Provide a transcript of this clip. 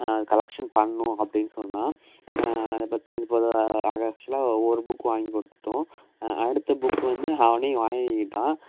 அது கலெக்ஷன் பண்ணும் அப்படின்னு சொன்னான் இது பத் இதுபோ ஆக்ஷுவலாக ஒரு புக் வாங்கிக்கொடுத்துட்டோம் அடுத்த புக் வந்து அவனே வாங்கிக்கிட்டான்